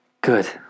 Good